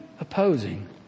opposing